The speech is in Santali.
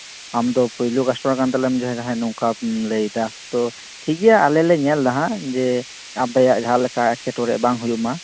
ᱟᱢ ᱫᱚ ᱯᱳᱭᱞᱳ ᱵᱟᱥᱯᱚᱲᱟ ᱠᱟᱱᱛᱮᱢ ᱦᱮᱸ ᱱᱚᱝᱠᱟᱢ ᱞᱟᱹᱭᱫᱟ ᱛᱚ ᱴᱷᱤᱠᱜᱮᱭᱟ ᱟᱞᱮ ᱞᱮ ᱧᱮᱞᱫᱟ ᱦᱟᱸᱜ ᱡᱮ ᱟᱯᱮᱭᱟᱜ ᱡᱟᱦᱟᱸ ᱞᱮᱠᱟ ᱮᱴᱠᱮᱴᱚᱬᱮ ᱵᱟᱝ ᱦᱩᱭᱩᱜ ᱢᱟ